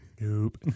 Nope